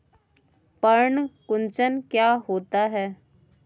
पर्ण कुंचन क्या होता है?